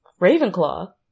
Ravenclaw